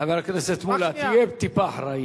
חבר הכנסת מולה, תהיה טיפה אחראי.